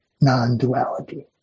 non-duality